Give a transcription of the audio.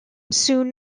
soon